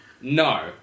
No